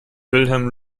wilhelm